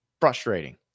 frustrating